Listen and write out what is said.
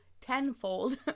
tenfold